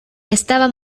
estaba